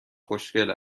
خوشگل